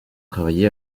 travaillé